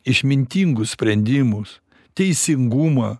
išmintingus sprendimus teisingumą